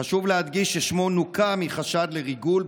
חשוב להדגיש ששמו נוקה מחשד לריגול,